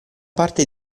parte